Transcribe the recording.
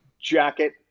jacket